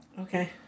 Okay